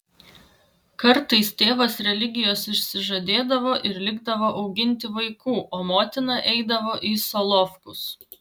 kartais tėvas religijos išsižadėdavo ir likdavo auginti vaikų o motina eidavo į solovkus